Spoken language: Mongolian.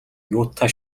юутай